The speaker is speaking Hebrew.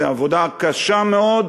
זו עבודה קשה מאוד,